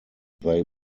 they